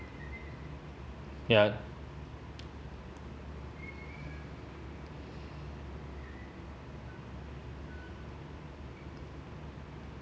ya